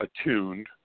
attuned